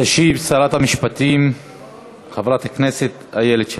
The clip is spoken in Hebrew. תשיב שרת המשפטים חברת הכנסת איילת שקד.